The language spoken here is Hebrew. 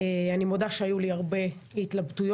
אני מודה שהיו לי הרבה התלבטויות,